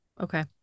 Okay